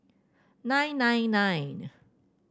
nine nine nine